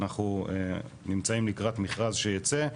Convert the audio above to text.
ואנחנו נמצאים לקראת מכרז שיצא,